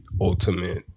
ultimate